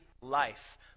life